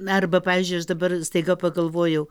na arba pavyzdžiui dabar staiga pagalvojau